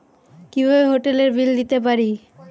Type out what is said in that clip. কিভাবে হোটেলের বিল দিতে পারি?